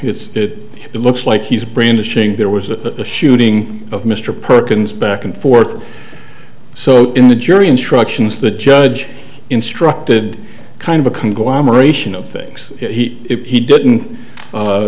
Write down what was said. it looks like he's brandishing there was a shooting of mr perkins back and forth so in the jury instructions the judge instructed kind of a conglomeration of things he didn't